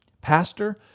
pastor